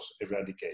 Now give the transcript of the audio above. eradicated